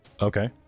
okay